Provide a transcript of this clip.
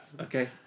Okay